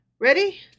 Ready